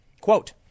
Quote